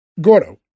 Gordo